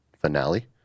finale